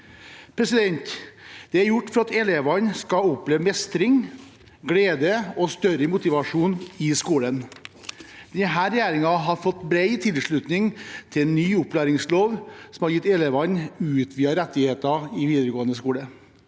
arbeidet. Dette er gjort for at elevene skal oppleve mestring, glede og større motivasjon i skolen. Denne regjeringen har fått bred tilslutning til en ny opplæringslov som har gitt elevene utvidete rettigheter i videregående skole,